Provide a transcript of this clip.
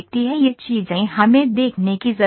ये चीजें हमें देखने की जरूरत है